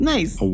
Nice